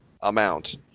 amount